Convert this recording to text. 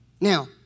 Now